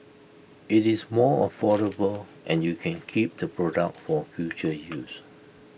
IT is more affordable and you can keep the products for future use